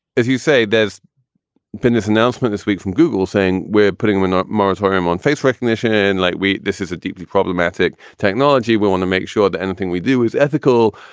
as you say, there's been this announcement this week from google saying we're putting we're not moratorium on face recognition in light weight. this is a deeply problematic technology. we want to make sure that anything we do is ethical.